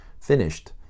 finished